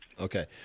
Okay